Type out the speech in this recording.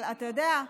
אבל אתה יודע,